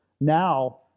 Now